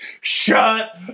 shut